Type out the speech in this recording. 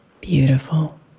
Beautiful